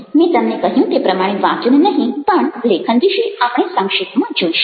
મેં તમને કહ્યું તે પ્રમાણે વાચન નહિ પણ લેખન વિશે આપણે સંક્ષેપમાં જોઈશું